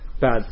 bad